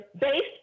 based